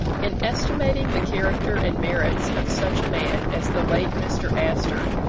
in estimating the character and merits of such a man as the late mr. astor,